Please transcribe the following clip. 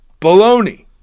baloney